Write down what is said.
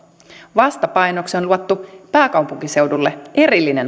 vastapainoksi on luvattu pääkaupunkiseudulle erillinen